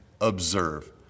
observe